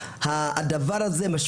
ממחנכים,